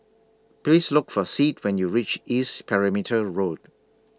Please Look For Sid when YOU REACH East Perimeter Road